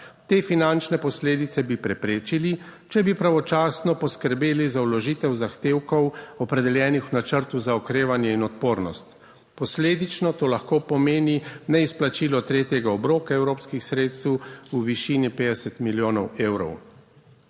Te finančne posledice bi preprečili, če bi pravočasno poskrbeli za vložitev zahtevkov, opredeljenih v Načrtu za okrevanje in odpornost. Posledično to lahko pomeni neizplačilo tretjega obroka evropskih sredstev v višini 50 milijonov evrov.